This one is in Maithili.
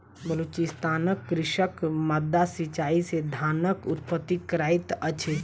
बलुचिस्तानक कृषक माद्दा सिचाई से धानक उत्पत्ति करैत अछि